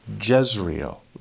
Jezreel